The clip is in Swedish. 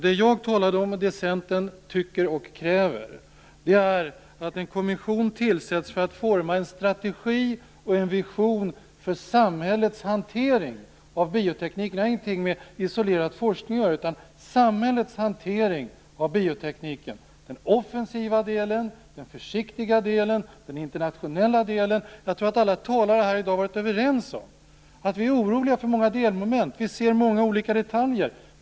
Det jag talade om, och det Centern tycker och kräver, är att en kommission bör tillsättas för att forma en strategi och en vision för samhällets hantering av bioteknik. Det har ingenting med isolerad forskning att göra. Samhällets hantering av biotekniken gäller den offensiva delen, den försiktiga delen och den internationella delen. Jag tror att alla talare här har varit överens om att vi är oroliga för många delmoment. Vi ser många olika detaljer.